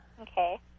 Okay